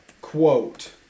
quote